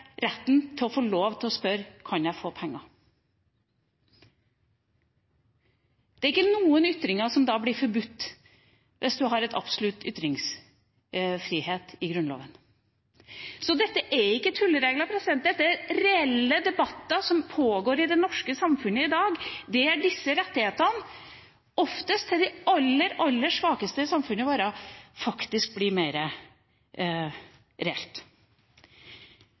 retten til å få lov til å spørre: Kan jeg få penger? Det er ikke noen ytringer som blir forbudt, hvis man har absolutt ytringsfrihet i Grunnloven. Dette er ikke tulleregler, men reelle debatter som pågår i det norske samfunnet i dag. Det er disse rettighetene som faktisk blir mer reelle, oftest for de aller, aller svakeste i samfunnet vårt.